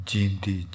Jindi